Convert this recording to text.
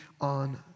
on